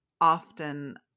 often